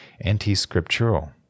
anti-scriptural